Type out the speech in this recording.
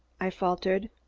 i faltered.